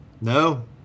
No